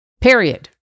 Period